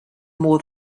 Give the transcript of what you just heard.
more